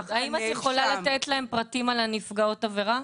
האם את יכולה לתת להם פרטים על נפגעות העבירה?